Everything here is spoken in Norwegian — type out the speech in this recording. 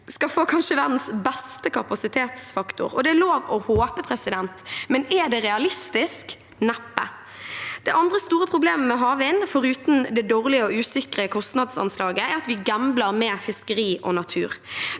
skal få kanskje verdens beste kapasitetsfaktor. Det er lov å håpe, men er det realistisk? Neppe. Det andre store problemet med havvind, foruten det dårlige og usikre kostnadsanslaget, er at vi gambler med fiskeri og natur.